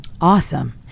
awesome